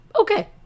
Okay